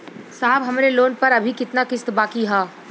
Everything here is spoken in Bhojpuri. साहब हमरे लोन पर अभी कितना किस्त बाकी ह?